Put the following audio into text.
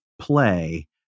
play